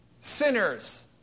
sinners